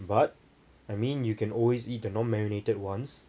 but I mean you can always eat the non marinated ones